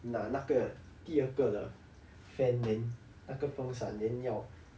拿那个第二个的 fan then 那个风扇 then 要